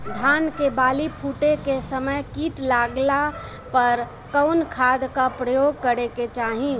धान के बाली फूटे के समय कीट लागला पर कउन खाद क प्रयोग करे के चाही?